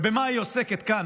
ובמה היא עוסקת כאן?